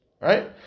Right